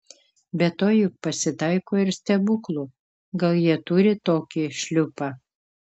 be to juk pasitaiko ir stebuklų gal jie turi tokį šliupą